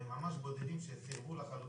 היו ממש בודדים שסירבו לחלוטין